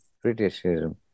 criticism